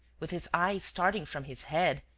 with his eyes starting from his head,